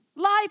Life